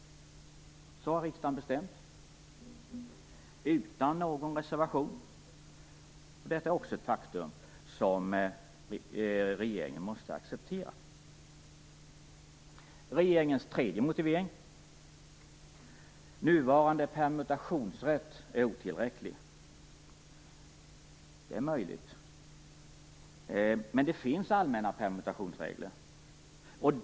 Så har riksdagen bestämt, utan någon reservation. Detta är också ett faktum som regeringen måste acceptera. Regeringens tredje motivering är att nuvarande permutationsrätt är otillräcklig. Det är möjligt. Men det finns allmänna permutationsregler.